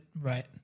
right